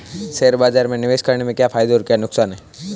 Share बाज़ार में निवेश करने के क्या फायदे और नुकसान हैं?